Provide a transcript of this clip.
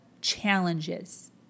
challenges